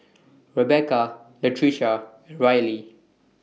Rebeca Latricia Rylee